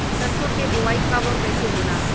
सरसो के बोआई कब और कैसे होला?